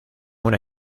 una